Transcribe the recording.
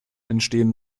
entstehen